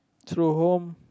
true home